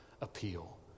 appeal